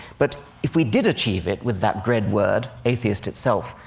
but if we did achieve it with that dread word atheist itself,